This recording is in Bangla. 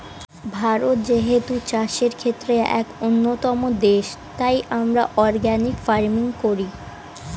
ভারত যেহেতু চাষের ক্ষেত্রে এক অন্যতম দেশ, তাই আমরা অর্গানিক ফার্মিং করি